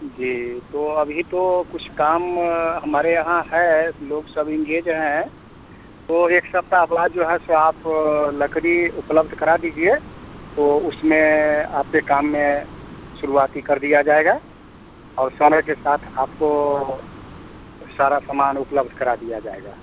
जी तो अभी तो कुछ काम हमारे यहाँ है लोग सब इंगेज हैं तो एक सप्ताह बाद जो है सो आप लकड़ी उपलब्ध करा दीजिए तो उसमें आपके काम में शुरुआती कर दिया जाएगा और समय के साथ आपको सारा समान उपलब्ध करा दिया जाएगा